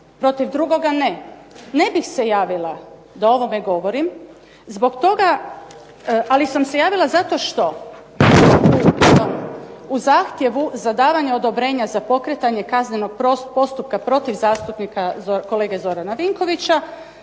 Protiv drugoga ne. Ne bih se javila da o ovome govorim, ali sam se javila zato što u zahtjevu za davanje odobrenja za pokretanje kaznenog postupka protiv zastupnika kolege Zorana Vinkovića